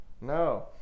no